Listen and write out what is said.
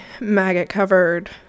maggot-covered